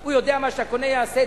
הוא יודע מה שהקונה יעשה?